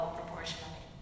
proportionally